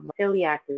celiac